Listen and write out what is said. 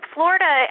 Florida